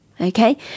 okay